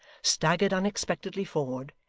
staggered unexpectedly forward,